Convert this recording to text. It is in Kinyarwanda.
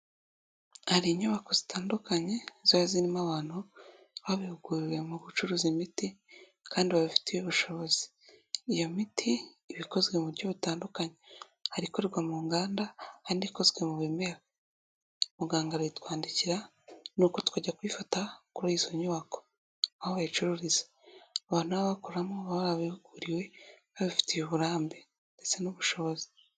Hari inyubako zitandukanye ziba zirimo abantu babihuguriwe mu gucuruza imiti kandi babifitiye ubushobozi. Iyo miti iba ikozwe mu buryo butandukanye, hari ikorerwa mu nganda, hari indi ikozwe mu bimera. Muganga arayitwandikira nuko tukajya kuyifata kuri izo nyubako bayicururiza. Abantu baba bakoramo baba barabihuguriwe, babifitiye uburambe ndetse n'ubushobozi.